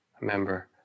Remember